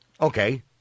Okay